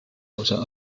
außer